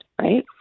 right